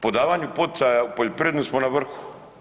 Po davanju poticaja u poljoprivredi smo na vrhu.